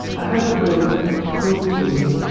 i hope you weren't cruel to him,